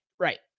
Right